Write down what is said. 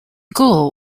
goal